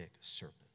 serpent